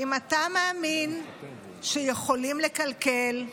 אם אתה מאמין שיכולים לקלקל,